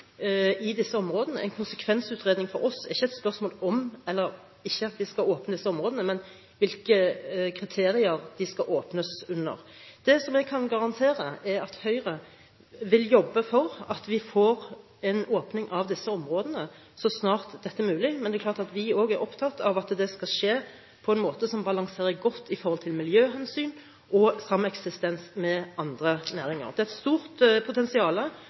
i disse områdene. En konsekvensutredning for oss er ikke et spørsmål om hvorvidt vi skal eller ikke skal åpne disse områdene, men hvilke kriterier de skal åpnes under. Det jeg kan garantere, er at Høyre vil jobbe for at vi får en åpning av disse områdene så snart dette er mulig, men det er klart at vi også er opptatt av at det skal skje på en måte som balanserer godt miljøhensyn og sameksistens med andre næringer. Det er et stort